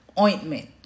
ointment